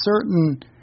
certain